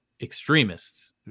extremists